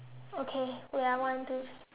okay wait ah one two